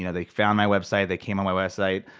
you know they found my website, they came on my website.